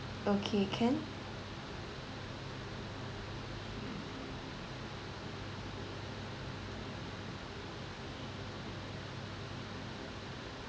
okay can